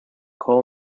coal